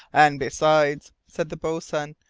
and besides, said the boatswain,